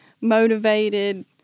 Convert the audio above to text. motivated